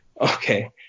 okay